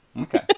Okay